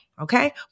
Okay